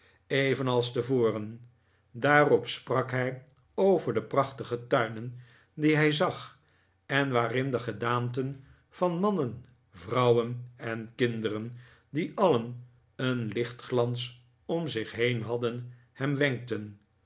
evenals tevoren daarop sprak hij over de prachtige tuinen die hij zag en waarin de gedaanten van mannen vrouwen en kinderen die alien een lichtglans om zich heen hadden hem wenkten